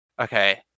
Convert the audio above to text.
Okay